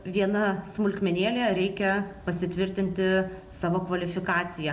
viena smulkmenėlė reikia pasitvirtinti savo kvalifikaciją